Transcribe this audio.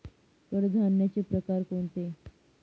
कडधान्याचे प्रकार कोणते?